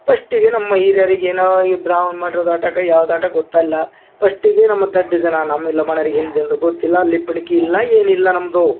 ಪಸ್ಟಿಗೆ ನಮ್ಮ ಹಿರ್ಯರಿಗ್ ಏನೋ ಈ ಬ್ರಾಮಂಡ್ರ್ ಗಾಟ ಕೈ ಹಾವ್ದಾಟ ಗೊತ್ತಲ್ಲ ಪಸ್ಟಿಗೆ ನಮ್ಮನ ದಡ್ಡ ಜನ ನಮ್ಮ ಈ ಲಂಬಾಣಿಯರಿಗೆ ಏನು ಜನರು ಗೊತ್ತಿಲ್ಲ ಲಿಪ್ಪಿಡ್ಕಿಯಿಲ್ಲ ಏನಿಲ್ಲ ನಮ್ಮದು